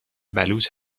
بلوچ